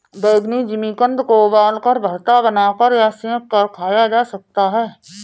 बैंगनी जिमीकंद को उबालकर, भरता बनाकर या सेंक कर खाया जा सकता है